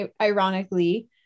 ironically